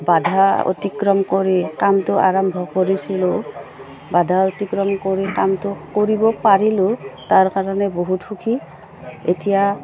বাধা অতিক্ৰম কৰি কামটো আৰম্ভ কৰিছিলোঁ বাধা অতিক্ৰম কৰি কামটো কৰিব পাৰিলোঁ তাৰ কাৰণে বহুত সুখী এতিয়া